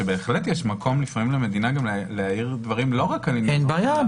שבהחלט יש מקום לפעמים למדינה להעיר דברים לא רק על --- אין בעיה.